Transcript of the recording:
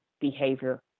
behavior